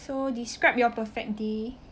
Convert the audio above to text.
so describe your perfect day